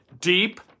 deep